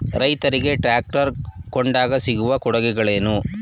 ರೈತರಿಗೆ ಟ್ರಾಕ್ಟರ್ ಕೊಂಡಾಗ ಸಿಗುವ ಕೊಡುಗೆಗಳೇನು?